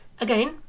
Again